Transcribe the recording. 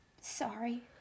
sorry